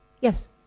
Yes